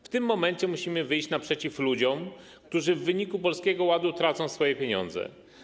W tym momencie musimy wyjść naprzeciw ludziom, którzy w wyniku Polskiego Ładu tracą swoje pieniądze.